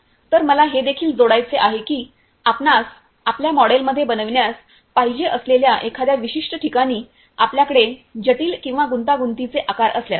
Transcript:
तर मला हे देखील जोडायचे आहे की आपणास आपल्या मॉडेलमध्ये बनविण्यास पाहिजे असलेल्या एखाद्या विशिष्ट ठिकाणी आपल्याकडे जटिल किंवा गुंतागुंतीचे आकार असल्यास